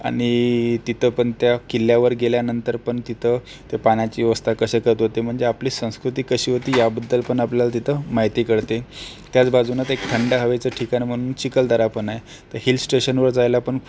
आणि तिथंपण त्या किल्ल्यावर गेल्यानंतरपण तिथं ते पाण्याची व्यवस्था कसे करत होते म्हणजे आपली संस्कृती कशी होती याबद्दल पण आपल्याला तिथं माहिती कळते त्याचबाजूनं एक थंड हवेचं ठिकाण म्हणून चिखलदरा पणआहे तर हिलस्टेशन वर जायला पण